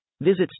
Visit